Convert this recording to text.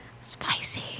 spicy